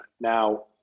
Now